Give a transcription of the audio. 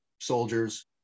soldiers